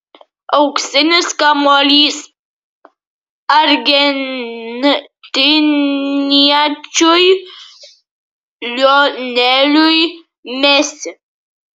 auksinis kamuolys argentiniečiui lioneliui messi